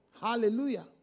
Hallelujah